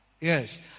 yes